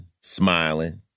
smiling